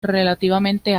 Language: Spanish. relativamente